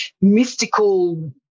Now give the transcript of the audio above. mystical